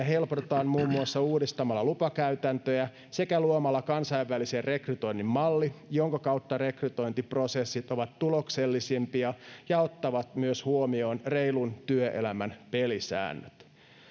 helpotetaan muun muassa uudistamalla lupakäytäntöjä sekä luomalla kansainvälisen rekrytoinnin malli jonka kautta rekrytointiprosessit ovat tuloksellisempia ja ottavat myös huomioon reilun työelämän pelisäännöt